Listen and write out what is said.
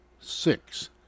Six